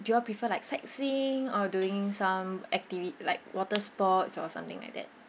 do you all prefer like sightseeing or doing some activi~ like water sports or something like that